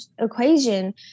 equation